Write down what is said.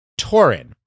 Torin